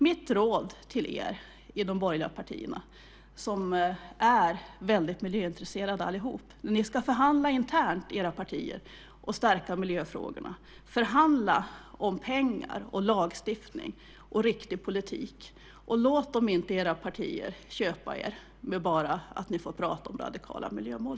Mitt råd till alla er i de borgerliga partierna som är väldigt miljöintresserade är följande: När ni ska förhandla internt i era partier och stärka miljöfrågorna förhandla då om pengar och lagstiftning och om en riktig politik, och låt de inte i era partier köpa er bara med att ni får prata om radikala miljömål!